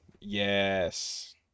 Yes